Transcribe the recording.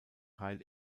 teil